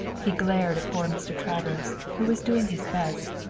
he glared at poor mr. travers, who was doing his best,